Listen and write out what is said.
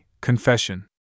Confession